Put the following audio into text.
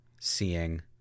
seeing